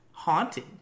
Haunting